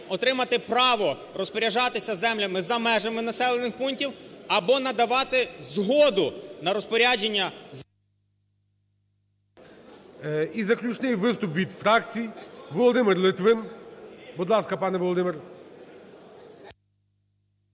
отримати право розпоряджатися землями за межами населених пунктів або надавати згоду на розпорядження… ГОЛОВУЮЧИЙ. І заключний виступ від фракцій, Володимир Литвин. Будь ласка, пане Володимир.